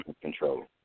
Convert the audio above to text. control